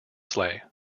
sleigh